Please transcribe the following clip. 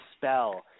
spell